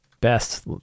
best